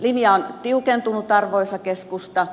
linja on tiukentunut arvoisa keskusta